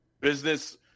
business